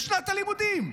בשנת הלימודים.